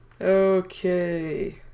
Okay